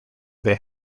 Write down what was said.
they